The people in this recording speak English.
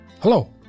Hello